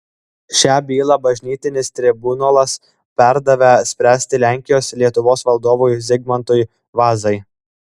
šią bylą bažnytinis tribunolas perdavė spręsti lenkijos lietuvos valdovui zigmantui vazai